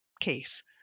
case